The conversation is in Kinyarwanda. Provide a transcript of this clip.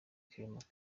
clement